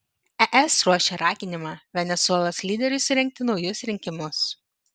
es ruošia raginimą venesuelos lyderiui surengti naujus rinkimus